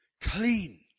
Clean